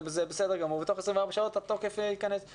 בסדר גמור ותוך 24 שעות התקנות ייכנסו לתוקף.